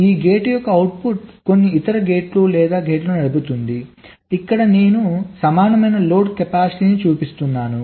ఈ గేట్ యొక్క అవుట్పుట్ కొన్ని ఇతర గేట్లు లేదా గేట్లను నడుపుతోంది ఇక్కడ నేను సమానమైన లోడ్ కెపాసిటెన్స్ చూపిస్తున్నాను